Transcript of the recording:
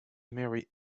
marry